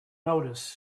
notice